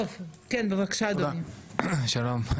שלום.